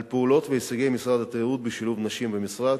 על הפעולות וההישגים של משרד התיירות בשילוב נשים במשרד,